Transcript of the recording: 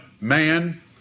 man